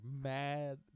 mad